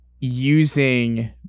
using